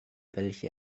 welche